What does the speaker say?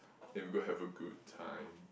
then we go have a good time